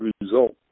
result